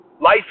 Life